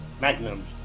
Magnum